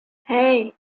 hey